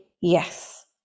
yes